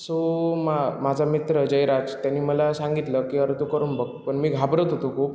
so मा माझा मित्र जयराज त्याने मला सांगितलं की अरे तू करून बघ पण मी घाबरत होतो खूप